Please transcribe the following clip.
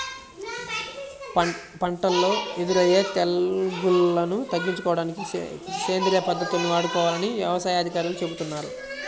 పంటల్లో ఎదురయ్యే తెగుల్లను తగ్గించుకోడానికి సేంద్రియ పద్దతుల్ని వాడుకోవాలని యవసాయ అధికారులు చెబుతున్నారు